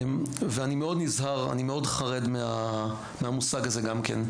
ואני גם מאוד חרד מהמושג הזה.